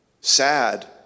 Sad